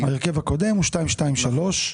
ההרכב הקודם הוא שתיים, שתיים, שלוש.